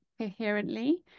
coherently